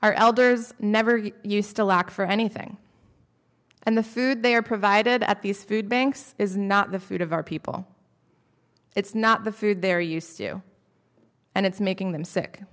our elders never used a lock for anything and the food they are provided at these food banks is not the food of our people it's not the food they're used to and it's making them sick